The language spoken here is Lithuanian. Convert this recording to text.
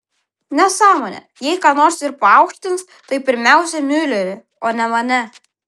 nesąmonė jei ką nors ir paaukštins tai pirmiausia miulerį o ne mane